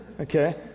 Okay